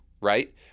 right